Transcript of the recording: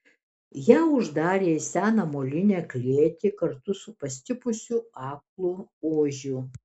ją uždarė į seną molinę klėtį kartu su pastipusiu aklu ožiu